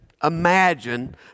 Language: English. Imagine